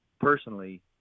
personally